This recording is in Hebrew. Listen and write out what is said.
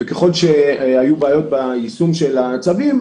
ככל שהיו בעיות ביישום הצווים,